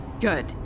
Good